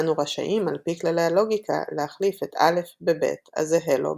אנו רשאים על פי כללי הלוגיקה להחליף את א' ב-ב' הזהה לו,